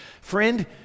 Friend